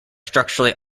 structurally